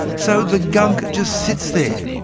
so the gunk just sits there,